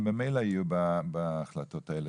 הם ממילא יהיו בהחלטות האלה.